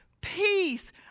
peace